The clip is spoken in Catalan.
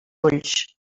ulls